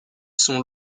sont